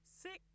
six